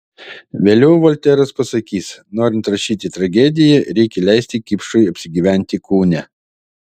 vėliau volteras pasakys norint rašyti tragediją reikia leisti kipšui apsigyventi kūne